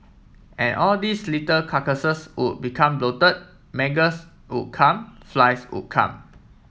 and all these little carcasses would become bloated maggots would come flies would come